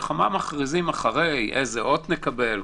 מלחמה מכריזים אחרי איזה אות נקבל,